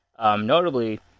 Notably